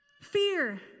Fear